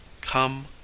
come